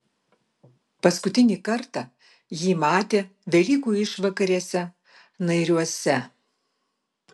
paskutinį kartą jį matė velykų išvakarėse nairiuose